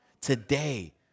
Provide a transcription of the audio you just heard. Today